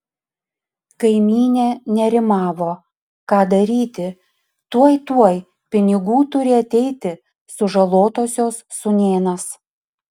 kaimynė nerimavo ką daryti tuoj tuoj pinigų turi ateiti sužalotosios sūnėnas